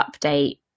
update